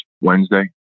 Wednesday